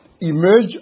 emerge